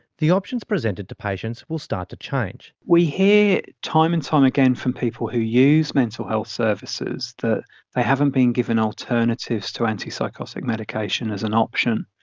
the options presented to patients will start to change. we hear time and time again from people who use mental health services that they haven't been given alternatives to antipsychotic medication as an option.